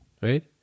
Right